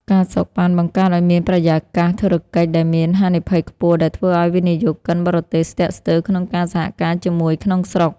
ការសូកប៉ាន់ បង្កើតឱ្យមានបរិយាកាសធុរកិច្ចដែលមានហានិភ័យខ្ពស់ ដែលធ្វើឱ្យវិនិយោគិនបរទេសស្ទាក់ស្ទើរក្នុងការសហការជាមួយក្នុងស្រុក។